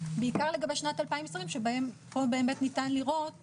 בעיקר לגבי שנת 2020, שפה באמת ניתן לראות